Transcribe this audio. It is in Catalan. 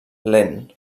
lent